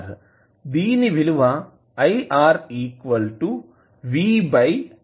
దీని విలువ I R V R